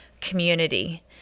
community